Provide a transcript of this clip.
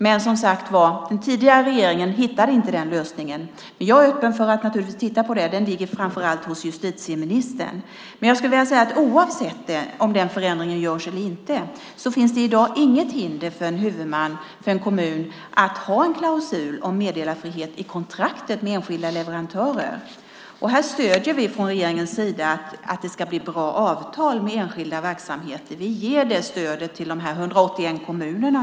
Den tidigare regeringen hittade inte den lösningen. Jag är naturligtvis öppen för att titta på det. Det ligger framför allt hos justitieministern. Oavsett om den förändringen görs eller inte finns det i dag inget hinder för en huvudman, för en kommun, att ha en klausul om meddelarfrihet i kontraktet med enskilda leverantörer. Här stöder regeringen att det ska bli bra avtal med enskilda verksamheter. Vi ger det stödet till de här 181 kommunerna.